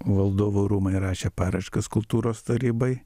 valdovo rūmai rašė paraiškas kultūros tarybai